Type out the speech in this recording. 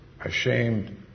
ashamed